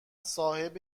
صاحب